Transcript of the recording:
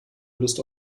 lust